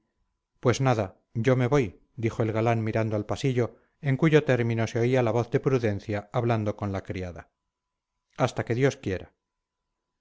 pues nada yo me voy dijo el galán mirando al pasillo en cuyo término se oía la voz de prudencia hablando con la criada hasta que dios quiera